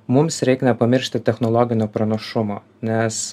mums reik nepamiršti technologinio pranašumo nes